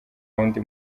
wundi